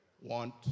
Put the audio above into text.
want